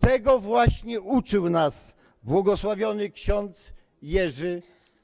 Tego właśnie uczył nas bł. ks. Jerzy